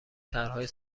طرحهای